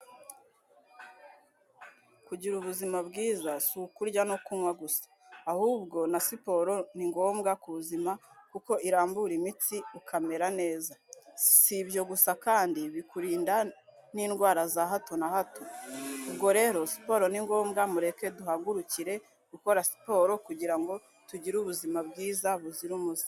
Kugira ubuzima bwiza si ukurya no kunnywa gusa, ahubwo na siporo ni ngombwa ku buzima kuko irambura imitsi ukamera neza, si ibyo gusa kandi bikurinda n'indwara za hato na hato. Ubwo rero siporo ni ngombwa, mureke duhagurukire gukora siporo kugira ngo tugire ubuzima bwiza buzira umuze.